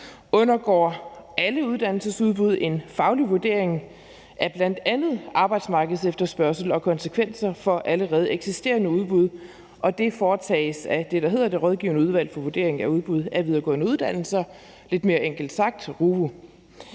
undergår alle uddannelsesudbud en faglig vurdering af bl.a. arbejdsmarkedsefterspørgsel og konsekvenser for allerede eksisterende udbud, og det foretages af det, der hedder Det rådgivende udvalg for vurdering af udbud af videregående uddannelser, også lidt mere enkelt kaldet